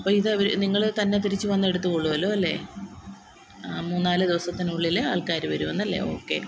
അപ്പം ഇത് നിങ്ങൾ തന്നെ തിരിച്ച് വന്നു എടുത്ത് കൊള്ളുമല്ലോ അല്ലെ മൂന്ന് നാല് ദിവസത്തിനുള്ളിൽ ആള്ക്കാർ വരും എന്നല്ലെ ഓക്കെ